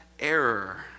error